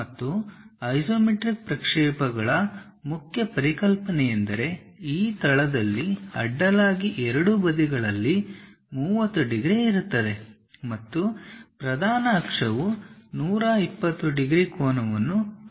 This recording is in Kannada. ಮತ್ತು ಐಸೊಮೆಟ್ರಿಕ್ ಪ್ರಕ್ಷೇಪಗಳ ಮುಖ್ಯ ಪರಿಕಲ್ಪನೆಯೆಂದರೆ ಈ ತಳದಲ್ಲಿ ಅಡ್ಡಲಾಗಿ ಎರಡೂ ಬದಿಗಳಲ್ಲಿ 30 ಡಿಗ್ರಿ ಇರುತ್ತದೆ ಮತ್ತು ಪ್ರಧಾನ ಅಕ್ಷವು 120 ಡಿಗ್ರಿ ಕೋನವನ್ನು ಪರಸ್ಪರ ಹೊಂದಿರುತ್ತದೆ